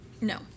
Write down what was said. No